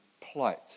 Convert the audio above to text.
plight